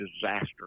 disaster